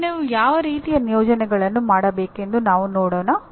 ಈಗ ನೀವು ಯಾವ ರೀತಿಯ ನಿಯೋಜನೆಯನ್ನು ಮಾಡಬೇಕೆಂದು ನಾವು ನೋಡೋಣ